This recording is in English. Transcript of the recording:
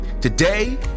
Today